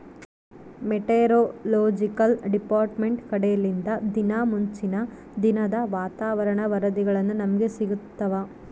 meteorological department ಕಡೆಲಿಂದ ದಿನಾ ಮುಂಚಿನ ದಿನದ ವಾತಾವರಣ ವರದಿಗಳು ನಮ್ಗೆ ಸಿಗುತ್ತವ